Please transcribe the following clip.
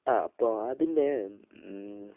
ആ അപ്പോൾ അതിൻ്റെ